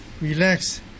relax